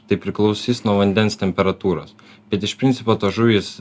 tai priklausys nuo vandens temperatūros bet iš principo tos žuvys